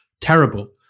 Terrible